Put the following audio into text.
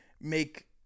make